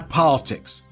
politics